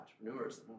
entrepreneurs